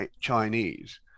Chinese